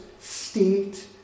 state